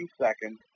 seconds